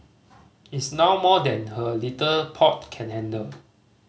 it's now more than her little pot can handle